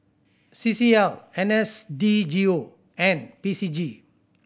C C L N S D G O and P C G